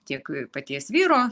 tiek paties vyro